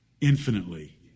infinitely